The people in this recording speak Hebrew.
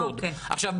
עכשיו,